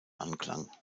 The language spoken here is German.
anklang